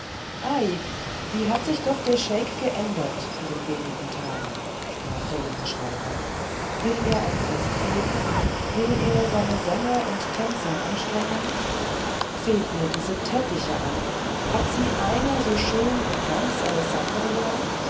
ei wie hat sich doch der scheik geändert in den wenigen tagen sprach der junge schreiber will er ein fest geben will er seine sänger und tänzer anstrengen seht mir diese teppiche hat sie einer so schön in ganz alessandria